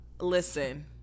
Listen